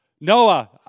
Noah